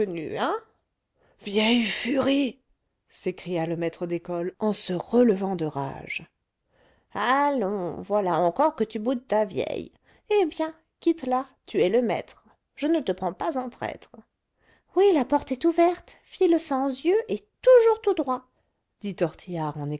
hein vieille furie s'écria le maître d'école en se relevant de rage allons voilà encore que tu boudes ta vieille eh bien quitte la tu es le maître je ne te prends pas en traître oui la porte est ouverte file sans yeux et toujours tout droit dit